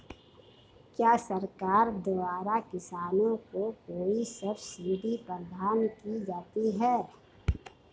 क्या सरकार द्वारा किसानों को कोई सब्सिडी प्रदान की जाती है?